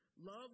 Love